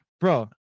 Bro